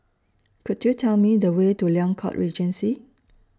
Could YOU Tell Me The Way to Liang Court Regency